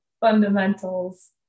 fundamentals